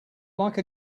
like